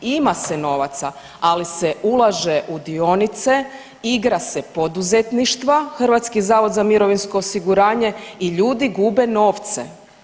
Ima se novaca ali se ulaže u dionice, igra se poduzetništva Hrvatski zavod za mirovinsko osiguranje i ljudi gube novce.